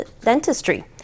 dentistry